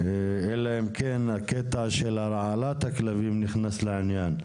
אלא אם כן הקטע של הרעלת הכלבים נכנס לעניין.